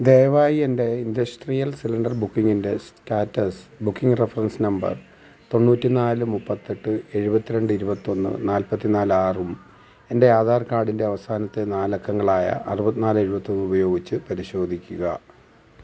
ദയവായി എൻ്റെ industrial cylinder ബുക്കിംഗിൻ്റെ സ്റ്റാറ്റസ് ബുക്കിംഗ് റഫറൻസ് നമ്പർ തൊണ്ണൂറ്റി നാല് മുപ്പത്തെട്ട് എഴുപത്തിരണ്ട് ഇരുപത്തൊന്ന് നാൽപ്പത്തി നാല് ആറും എൻ്റെ ആധാർ കാർഡിൻ്റെ അവസാനത്തെ നാലക്കങ്ങളായ അറുപത്തിനാല് എഴുപത്തൊന്നും ഉപയോഗിച്ച് പരിശോധിക്കുക